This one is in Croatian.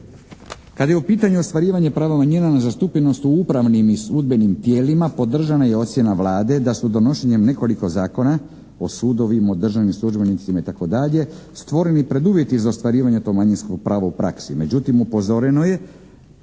Kad je u pitanju ostvarivanje prava manjina na zastupljenost u upravnim i sudbenim tijelima podržana je ocjena Vlade da su donošenjem nekoliko zakona o sudovima, o državnim službenicima itd. stvoreni preduvjeti za ostvarivanje tog manjinskog prava u praksi.